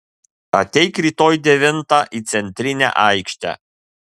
ateik rytoj devintą į centrinę aikštę